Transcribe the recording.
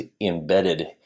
embedded